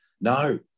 no